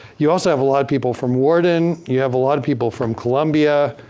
you also have a lot of people from warden. you have a lot of people from columbia.